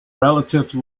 relative